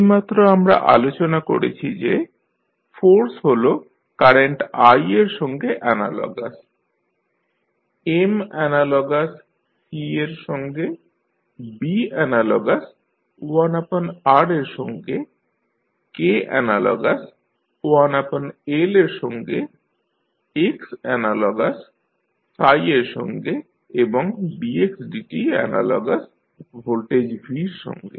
এইমাত্র আমরা আলোচনা করেছি যে ফোর্স হল কারেন্ট i এর সঙ্গে অ্যানালগাস M অ্যানালগাস C এর সঙ্গে B অ্যানালগাস 1R এর সঙ্গে K অ্যানালগাস 1L এর সঙ্গে x অ্যানালগাস এর সঙ্গে এবং dxdt অ্যানালগাস ভোল্টেজ V র সঙ্গে